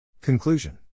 Conclusion